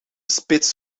spits